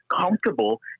comfortable